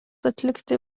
atlikti